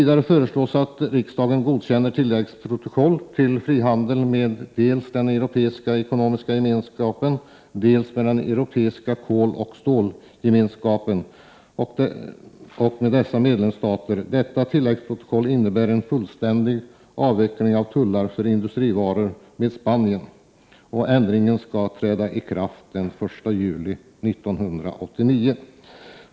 Där föreslås också att riksdagen godkänner ett tilläggsprotokoll till frihandelsavtalet med dels Europeiska ekonomiska gemenskapen, dels med Europeiska koloch stålgemenskapen i medlemsstaterna. Tilläggsprotokollet innebär en fullständig avveckling av tullar för industrivaror från Spanien. Ändringen skall träda i kraft den 1 juli 1989.